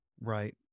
Right